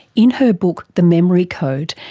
in her book the memory code,